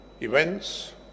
Events